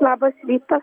labas rytas